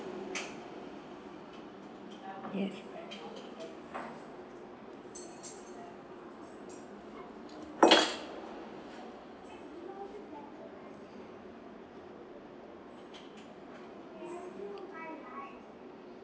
yes